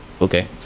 okay